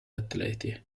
atleti